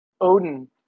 odin